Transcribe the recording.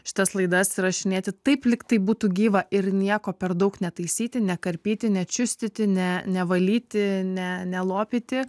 šitas laidas įrašinėti taip lyg tai būtų gyva ir nieko per daug netaisyti nekarpyti nečiustyti ne nevalyti ne nelopyti